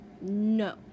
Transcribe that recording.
no